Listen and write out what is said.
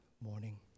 morning